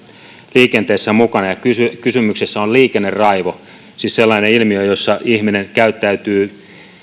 liikenteessä mukana kysymyksessä on liikenneraivo siis sellainen ilmiö jossa ihminen käyttäytyy